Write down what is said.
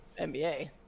NBA